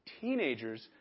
Teenagers